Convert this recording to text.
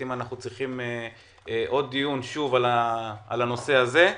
האם אנחנו צריכים דיון נוסף בנושא הזה.